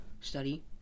Study